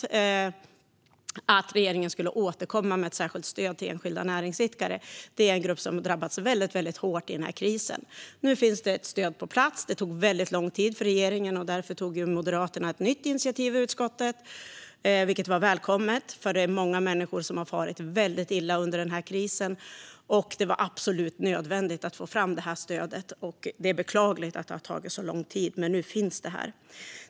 Det gällde att regeringen skulle återkomma med ett särskilt stöd till enskilda näringsidkare. Det är en grupp som har drabbats väldigt hårt i den här krisen. Nu finns det ett stöd på plats. Det tog väldigt lång tid för regeringen. Därför tog Moderaterna ett nytt initiativ i utskottet, vilket var välkommet. Det är många människor som har farit väldigt illa under krisen. Det var absolut nödvändigt att få fram stödet. Det är beklagligt att det har tagit så lång tid, men nu finns det här.